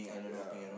ya